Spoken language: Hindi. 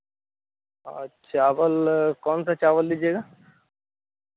चावल कौनसा चावल लीजिएगा